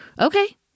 Okay